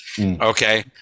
Okay